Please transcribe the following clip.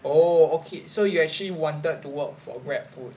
oh okay so you actually wanted to work for Grabfood